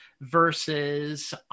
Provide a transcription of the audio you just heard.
versus